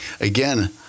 again